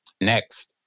next